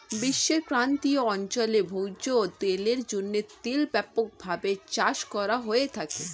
বিশ্বের ক্রান্তীয় অঞ্চলে ভোজ্য তেলের জন্য তিল ব্যাপকভাবে চাষ করা হয়ে থাকে